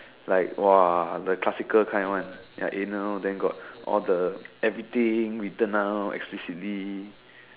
like !wah! the classic kind one like anal then got all the everything written down explicitly